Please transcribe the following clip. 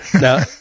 Now